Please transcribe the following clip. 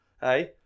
Hey